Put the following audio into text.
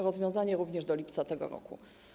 Rozwiązanie również do lipca tego roku.